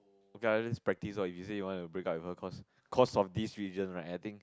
okay ah just practice lor if you say you want to break with her cause cause of this reason right I think